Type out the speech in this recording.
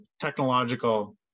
technological